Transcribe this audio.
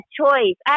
choice